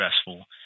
stressful